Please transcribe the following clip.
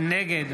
נגד